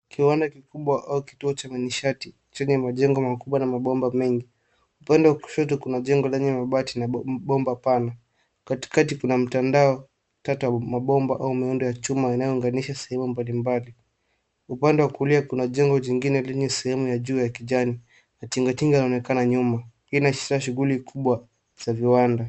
Kiwanda kikubwa au kituo cha manishati chenye majengo makubwa na mabomba mengi. Upande wa kushoto kuna jengo lenye mabati na bomba pana. Katikati kuna mtandao tatu wa mabomba au miundo ya chuma inayounganisha sehemu mbalimbali. Upande wa kulia kuna jengo jingine lenye sehemu ya juu ya kijani na tingatinga limeonekana nyuma. Hii ina ashiria shughuli kubwa za viwanda.